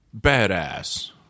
badass